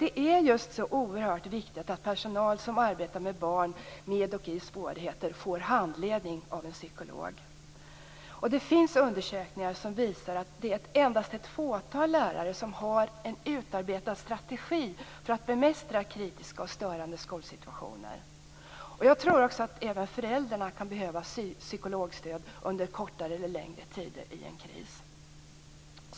Det är så oerhört viktigt att personal som arbetar med barn med och i svårigheter får handledning av en psykolog. Det finns undersökningar som visar att endast ett fåtal lärare har en utarbetad strategi för att bemästra kritiska och störande skolsituationer. Jag tror att även föräldrarna kan behöva psykologstöd kortare eller längre tider vid en kris.